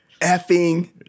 effing